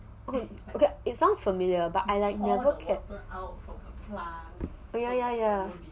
okay it sounds familiar but I like never get ya ya ya